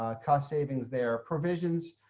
ah cost savings there provisions,